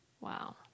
wow